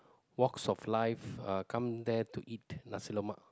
walks of life come there to eat nasi-lemak